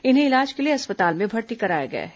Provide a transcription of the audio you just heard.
इन्हें इलाज के लिए अस्पताल में भर्ती कराया गया है